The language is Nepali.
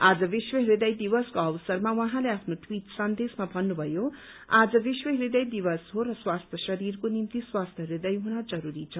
आज विश्व हृदय दिवसको अवसरमा उहाँले आफ्नो ट्वीट सन्देशमा भन्नभयो आज विश्व हृदय दिवस हो र स्वास्थ्य शरीरको निम्ति स्वास्थ्य हृदय हुन जरूरी छ